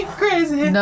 crazy